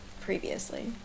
previously